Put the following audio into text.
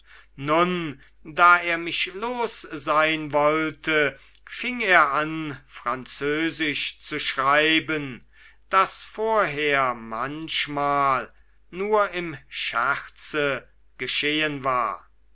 nun da er mich los sein wollte fing er an französisch zu schreiben das vorher manchmal nur im scherze geschehen war